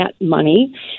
money